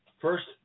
first